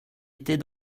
était